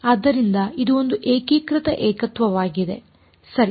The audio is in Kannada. ಆದ್ದರಿಂದ ಇದು ಒಂದು ಏಕೀಕೃತ ಏಕತ್ವವಾಗಿದೆ ಸರಿ